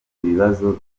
ibibazo